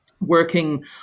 working